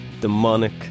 demonic